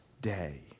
day